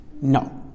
No